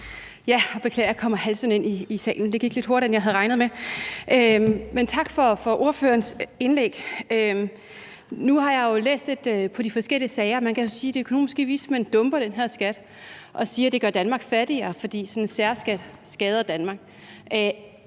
Jeg beklager, at jeg kommer halsende ind i salen; det gik lidt hurtigere, end jeg havde regnet med. Men tak for ordførerens indlæg. Nu har jeg jo læst lidt på de forskellige sager, og man kan sige, at de økonomiske vismænd dumper den her skat og siger, at den gør Danmark fattigere, fordi sådan en særskat skader Danmark.